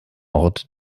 ort